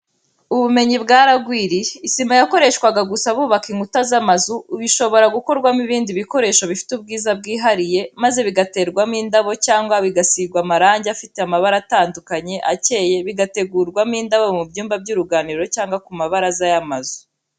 Ubumenyi bwaragwiriye, isima yakoreshwaga gusa bubaka inkuta z'amazu, ubu ishobora gukorwamo ibindi bikoresho bifite ubwiza bwihariye, maze bigaterwamo indabo cyangwa bigasigwa amarangi afite amabara atandukanye, akeye, bigategurwamo indabo mu byumba by'uruganiriro cyangwa ku mabaraza y'amazu.